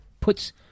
puts